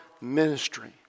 ministry